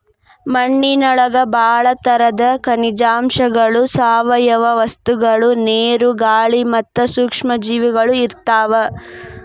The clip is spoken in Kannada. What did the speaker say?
ಮಣ್ಣಿನೊಳಗ ಬಾಳ ತರದ ಖನಿಜಾಂಶಗಳು, ಸಾವಯವ ವಸ್ತುಗಳು, ನೇರು, ಗಾಳಿ ಮತ್ತ ಸೂಕ್ಷ್ಮ ಜೇವಿಗಳು ಇರ್ತಾವ